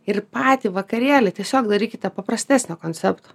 ir patį vakarėlį tiesiog darykite paprastesnio koncepto